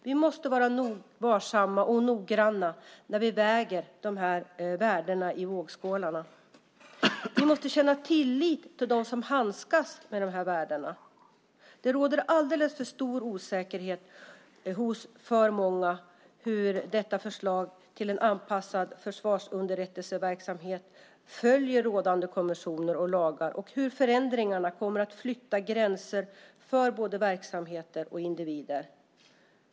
Vi måste vara varsamma och noggranna när vi väger dessa värden i vågskålarna. Vi måste känna tillit till dem som handskas med dessa värden. Det råder alldeles för stor osäkerhet hos för många om detta förslag till en anpassad försvarsunderrättelseverksamhet följer rådande konventioner och lagar och om förändringarna kommer att flytta gränser för både verksamheter och individer.